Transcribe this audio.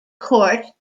court